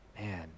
Man